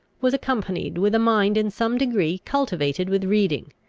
was accompanied with a mind in some degree cultivated with reading,